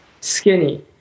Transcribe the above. skinny